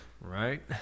right